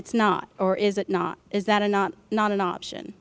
it's not or is it not is that a not not an option